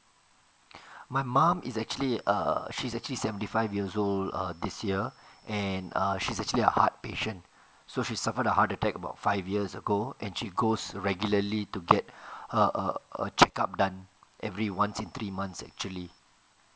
my mum is actually err she's actually seventy five years old this year and err she's actually a heart patient so she suffered a heart attack about five years ago and she goes regularly to get a a check up done every once in three months actually